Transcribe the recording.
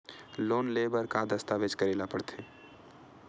Loan ले बर का का दस्तावेज करेला पड़थे?